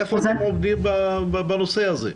איפה אתם עומדים בנושא הזה?